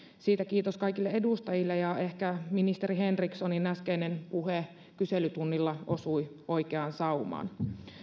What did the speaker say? siitä kiitos kaikille edustajille ja ehkä ministeri henrikssonin äskeinen puhe kyselytunnilla osui oikeaan saumaan